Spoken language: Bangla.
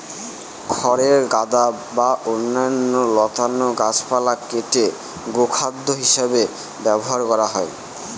খড়ের গাদা বা অন্যান্য লতানো গাছপালা কেটে গোখাদ্য হিসাবে ব্যবহার করা হয়